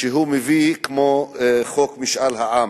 שהוא מביא, כמו חוק משאל העם.